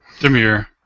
Demir